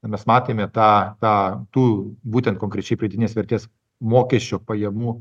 mes matėme tą tą tų būtent konkrečiai pridėtinės vertės mokesčio pajamų